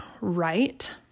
right